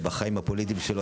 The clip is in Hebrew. בחיים הפוליטיים שלו,